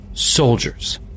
soldiers